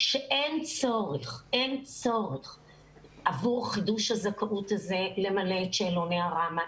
שאין צורך עבור חידוש הזכאות הזה למלא את שאלוני הראמ"ה,